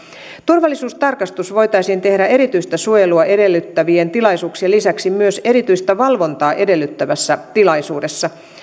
turvallisuustarkastus voitaisiin tehdä erityistä suojelua edellyttävien tilaisuuksien lisäksi myös erityistä valvontaa edellyttävässä tilaisuudessa